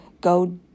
go